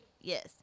Yes